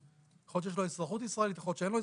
אולי יש לו אזרחות ישראלית, אולי לא.